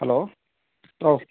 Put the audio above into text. hello ꯑꯧ